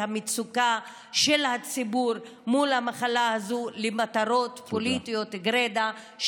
המצוקה של הציבור מול המחלה הזאת למטרות פוליטיות גרידא,